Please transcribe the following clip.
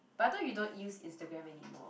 but I thought you don't use Instagram anymore